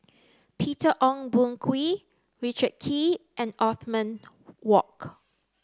Peter Ong Boon Kwee Richard Kee and Othman Wok